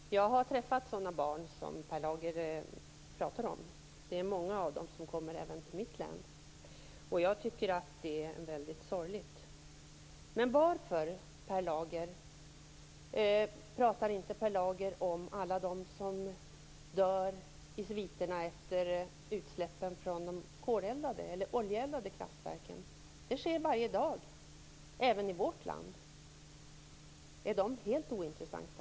Fru talman! Jag har träffat sådana barn som Per Lager talar om. Många sådana barn kommer även till mitt län. Jag tycker att det här är en väldigt sorglig sak. Men varför talar inte Per Lager om alla dem som dör i sviterna av utsläpp från kol eller oljeeldade kraftverk? Sådant sker ju varje dag, även i vårt land. Är de fallen helt ointressanta?